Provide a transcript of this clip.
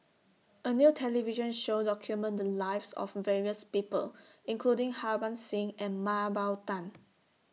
A New television Show documented The Lives of various People including Harbans Singh and Mah Bow Tan